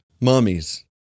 mummies